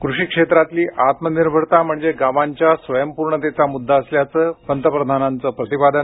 कृषी क्षेत्रातली आत्मनिर्भरता म्हणजे गावांच्या स्वयंपूर्णतेचा मुद्दा असल्याचं पंतप्रधानांचं प्रतिपादन